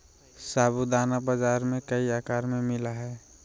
साबूदाना बाजार में कई आकार में मिला हइ